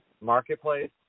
marketplace